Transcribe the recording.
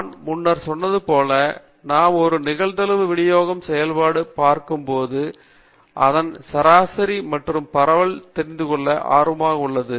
நான் முன்னர் சொன்னது போல நாம் ஒரு நிகழ்தகவு விநியோகம் செயல்பாடு பார்க்கும் போது நாம் அதன் சராசரி மற்றும் பரவல் தெரிந்து கொள்ள ஆர்வமாக உள்ளோம்